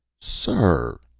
sir!